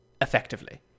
effectively